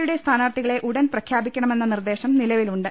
യുടെ സ്ഥാനാർഥികളെ ഉടൻ പ്രഖ്യാപിക്കണമെന്ന നിർദ്ദേശം നിലവിലുണ്ട്